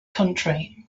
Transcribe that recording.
country